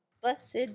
blessed